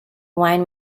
wine